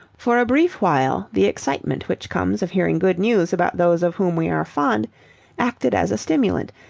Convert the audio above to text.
for a brief while the excitement which comes of hearing good news about those of whom we are fond acted as a stimulant,